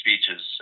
speeches